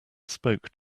spoke